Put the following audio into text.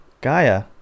Gaia